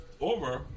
over